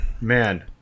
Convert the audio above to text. Man